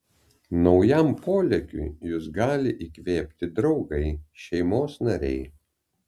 naujam polėkiui jus gali įkvėpti draugai šeimos nariai